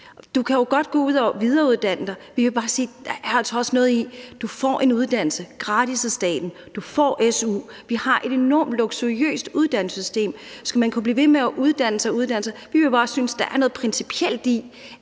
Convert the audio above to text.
Du kan jo godt gå ud og videreuddanne dig. Vi vil bare sige, at der altså også er noget i, at du får en uddannelse gratis af staten; du får su. Vi har et enormt luksuriøst uddannelsessystem. Skal man kunne blive ved med at uddanne sig og uddanne sig? Vi synes bare, at der er noget principielt i,